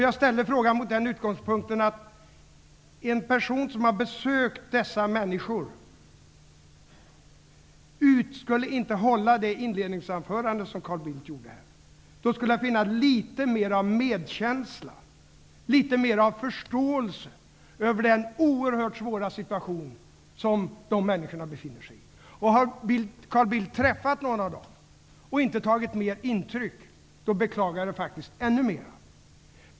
Jag ställde de frågorna med utgångspunkten att en person som besökt dessa människor inte skulle hålla det inledningsanförande som Carl Bildt gjorde. Det skulle då finnas litet mer medkänsla, litet större förståelse för den oerhört svåra situation som dessa människor befinner sig i. Har Carl Bildt träffat någon av dem och inte tagit mer intryck, beklagar jag det.